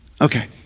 Okay